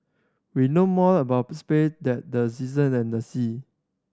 we know more about space than the season and the sea